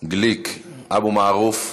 גליק, אבו מערוף,